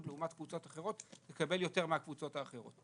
לעומת קבוצות אחרות תקבל יותר מהקבוצות האחרות.